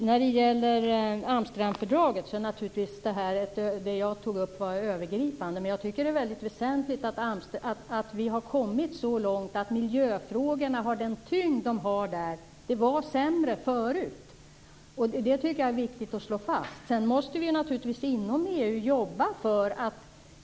Herr talman! Det som jag tog upp angående Amsterdamfördraget var naturligtvis övergripande. Men jag tycker att det är väsentligt att vi har kommit så långt att miljöfrågorna har den tyngd de har i fördraget. Det var sämre förut. Det är viktigt att slå fast det. Sedan måste vi naturligtvis jobba inom EU.